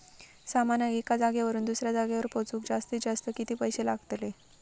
सामानाक एका जागेवरना दुसऱ्या जागेवर पोचवूक जास्तीत जास्त किती पैशे लागतले?